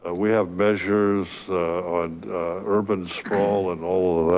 ah we have measures on urban sprawl and all of that.